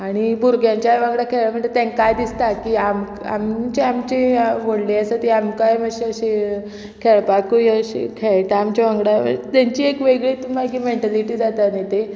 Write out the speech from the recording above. आनी भुरग्यांच्या वांगडा खेळ्ळे म्हणटरी तेंकाय दिसता की आमची म्हणजे आमची व्हडली आसा ती आमकांय मातशे अशी खेळपाकूय अशी खेळटा आमच्या वांगडा तेंची एक वेगळी मागीर मेंटलिटी जाता न्ही ती